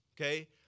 okay